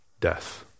Death